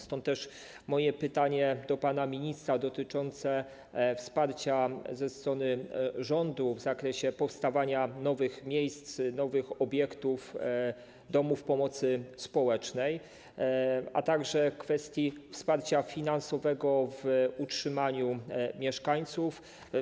Stąd też moje pytanie do pana ministra dotyczące kwestii wsparcia ze strony rządu w zakresie powstawania nowych miejsc, nowych obiektów, domów pomocy społecznej, a także kwestii wsparcia finansowego w utrzymaniu mieszkańców.